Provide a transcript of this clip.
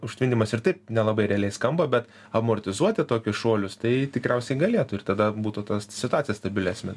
užtvindymas ir taip nelabai realiai skamba bet amortizuoti tokius šuolius tai tikriausiai galėtų ir tada būtų ta situacija stabilesnė